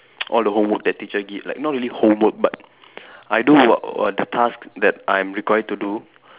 all the homework that teacher give like not really homework but I do all the task that I'm required to do